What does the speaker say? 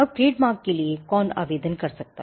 trademark के लिए कौन आवेदन कर सकता है